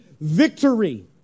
victory